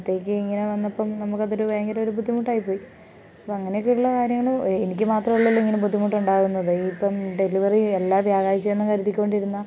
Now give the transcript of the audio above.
അപ്പോഴത്തേയ്ക്ക് ഇങ്ങനെ വന്നപ്പം നമുക്ക് അതൊരു ഭയങ്കരമൊരു ബുദ്ധിമുട്ടായി പോയി അപ്പോൾ അങ്ങനെ ഒക്കെയുള്ള കാര്യങ്ങൾ എനിക്ക് മാത്രമല്ലല്ലോ ഇങ്ങനെ ബുദ്ധിമുട്ടുണ്ടാവുന്നത് ഇപ്പം ഡെലിവറി എല്ലാ വ്യാഴാഴ്ച്ച ആണെന്നും കരുതിക്കൊണ്ടിരുന്ന